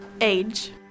age